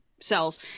cells